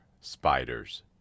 spiders